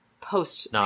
post